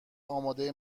اماده